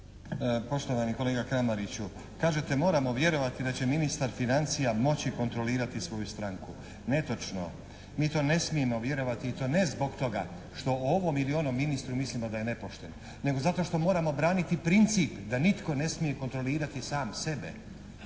Poštovani kolega Kramariću. Kažete, moramo vjerovati da će ministar financija moći kontrolirati svoju stranku. Netočno. Mi to ne smijemo vjerovati i to ne zbog toga što o ovom ili onom ministru mislimo da je nepošten nego zato što moramo braniti princip da nitko ne smije kontrolirati sam sebe.